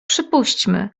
przypuśćmy